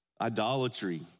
idolatry